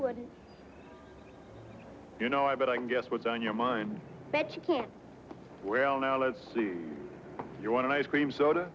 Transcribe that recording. wouldn't you know i but i guess what's on your mind well now let's see you want an ice cream soda